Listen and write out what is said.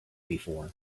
before